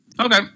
Okay